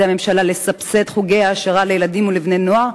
הממשלה לסבסד חוגי העשרה לילדים ולבני נוער,